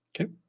okay